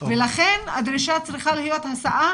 לכן הדרישה צריכה להיות הסעה